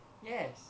yes